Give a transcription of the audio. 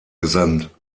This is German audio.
gesandt